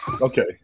Okay